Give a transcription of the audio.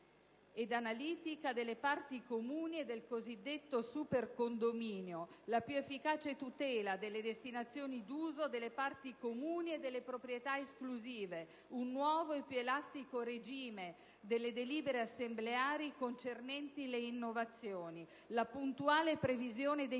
e analitica delle parti comuni e del cosiddetto supercondominio, la più efficace tutela delle destinazioni d'uso delle parti comuni e delle proprietà esclusive, un nuovo e più elastico regime delle delibere assembleari concernenti le innovazioni, la puntuale previsione dei